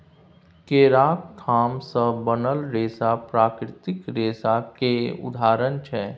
केराक थाम सँ बनल रेशा प्राकृतिक रेशा केर उदाहरण छै